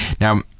Now